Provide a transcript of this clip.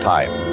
Time